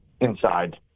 inside